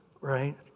right